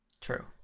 True